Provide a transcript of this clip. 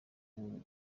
mujyi